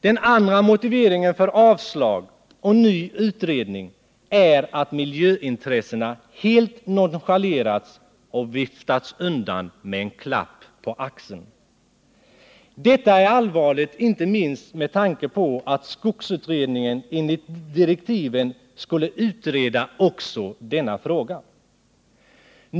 Den andra motiveringen för avslag och ny utredning är att miljöintressena helt nonchalerats och viftats undan med en klapp på axeln. Detta är allvarligt, inte minst med tanke på att skogsutredningen enligt direktiven skulle utreda också denna fråga.